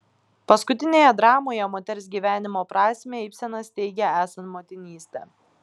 paskutinėje dramoje moters gyvenimo prasmę ibsenas teigia esant motinystę